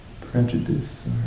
Prejudice